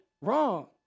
Wrong